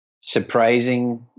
surprising